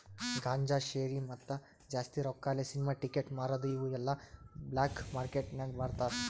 ಗಾಂಜಾ, ಶೇರಿ, ಮತ್ತ ಜಾಸ್ತಿ ರೊಕ್ಕಾಲೆ ಸಿನಿಮಾ ಟಿಕೆಟ್ ಮಾರದು ಇವು ಎಲ್ಲಾ ಬ್ಲ್ಯಾಕ್ ಮಾರ್ಕೇಟ್ ನಾಗ್ ಮಾರ್ತಾರ್